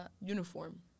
Uniform